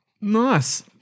Nice